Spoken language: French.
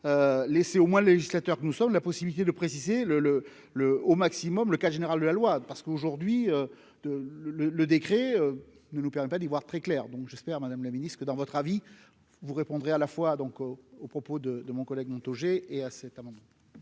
laissé au moins législateurs que nous sommes la possibilité de préciser le le le au maximum le cas général, de la loi de parce qu'aujourd'hui, de le le le décret ne nous permet pas d'y voir très clair, donc j'espère, Madame la Ministre, que dans votre avis vous répondrez à la fois donc aux aux propos de de mon collègue Montaugé et à sept avant.